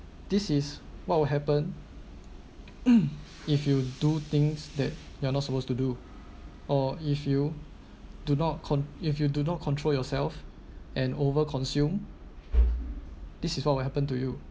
this is what will happen if you do things that you're not supposed to do or if you do not cont~ if you do not control yourself and over consume this is what will happen to you